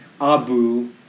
Abu